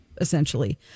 essentially